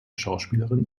schauspielerin